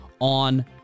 on